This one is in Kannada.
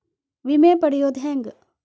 ವಿಮೆ ಪಡಿಯೋದ ಹೆಂಗ್?